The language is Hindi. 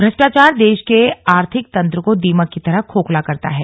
भ्रष्टाचार देश के आर्थिक तंत्र को दीमक की तरह खोखला करता है